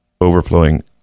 overflowing